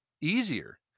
easier